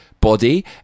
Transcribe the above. Body